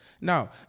Now